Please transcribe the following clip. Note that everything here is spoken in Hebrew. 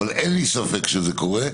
אבל אין לי ספק שזה קורה,